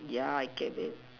yeah I get it